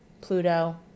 Pluto